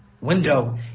window